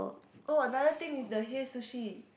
oh another thing is the hey sushi